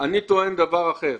אני טוען דבר אחר.